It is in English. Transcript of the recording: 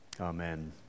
amen